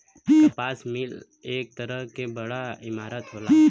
कपास मिल एक तरह क बड़ा इमारत होला